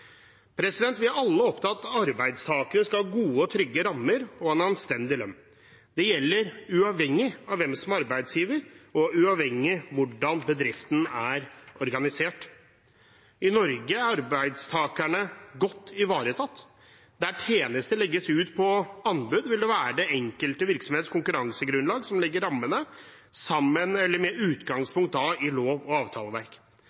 Vi er alle opptatt av at arbeidstakere skal ha gode og trygge rammer og en anstendig lønn. Det gjelder uavhengig av hvem som er arbeidsgiver, og uavhengig av hvordan driften er organisert. I Norge er arbeidstakerne godt ivaretatt. Der tjenester legges ut på anbud, vil det være den enkelte virksomhets konkurransegrunnlag som legger rammene